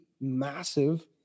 massive